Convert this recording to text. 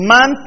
Man